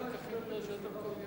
ועדת הכנסת נתקבלה.